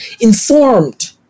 informed